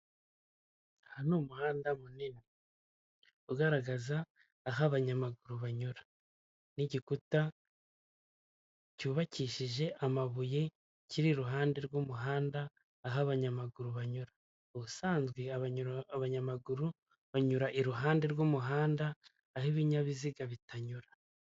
Aha ni umuhanda munini ugaragaza aho abanyamaguru banyura n'igikuta cyubakishije amabuye kiri iruhande rw'umuhanda aho abanyamaguru banyura. Ubusanzwe abanyamaguru banyura iruhande rw'umuhanda aho abanyamaguru banyura.